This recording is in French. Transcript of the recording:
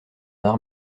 armes